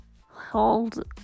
hold